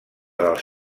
dels